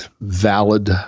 valid